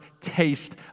taste